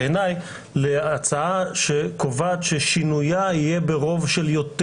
בעיניי להצעה שקובעת ששינויה יהיה ברוב של יותר